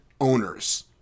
owners